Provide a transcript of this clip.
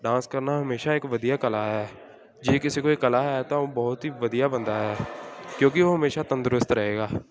dance ਕਰਨਾ ਹਮੇਸ਼ਾਂ ਇੱਕ ਵਧੀਆ ਕਲਾ ਹੈ ਜੇ ਕਿਸੇ ਕੋਲ ਕਲਾ ਹੈ ਤਾਂ ਉਹ ਬਹੁਤ ਹੀ ਵਧੀਆ ਬੰਦਾ ਹੈ ਕਿਉਂਕਿ ਉਹ ਹਮੇਸ਼ਾਂ ਤੰਦਰੁਸਤ ਰਹੇਗਾ